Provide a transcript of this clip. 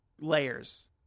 layers